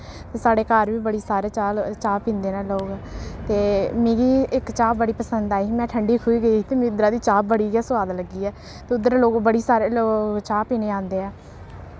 साढ़े घर बी बड़ी सारे चाह् चाह् पींदे न लोक ते मिगी इक चाह् बड़ी पसंद आई ही में ठंडी खूही गेई ही ते मी उद्धरा दी चाह् बड़ी गै सोआद लग्गी ऐ ते उद्धर लोक बड़ी सारे लोक चाह् पीने औंदे ऐ